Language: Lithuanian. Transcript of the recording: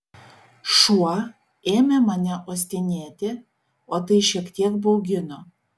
šuo ėmė mane uostinėti o tai šiek tiek baugino